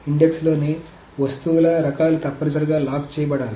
ఇండెక్స్లోని వస్తువుల రకాలు తప్పనిసరిగా లాక్ చేయబడాలి